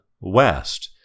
West